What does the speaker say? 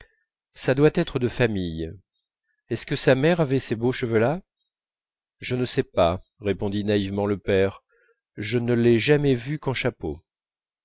ça doit être de famille est-ce que sa mère avait ces beaux cheveux là je ne sais pas répondit naïvement le père je ne l'ai jamais vue qu'en chapeau